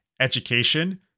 education